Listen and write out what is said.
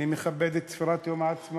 אני מכבד את צפירת יום העצמאות,